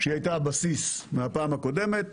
שהייתה בסיס מהפעם הקודמת,